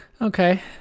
okay